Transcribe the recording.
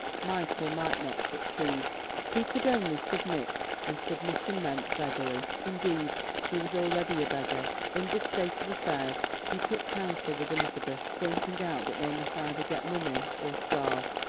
might or might not succeed he could only submit, and submission meant beggary. indeed he was already a beggar. in this state of affairs he took counsel with elizabeth, pointing out that they must either get money or starve.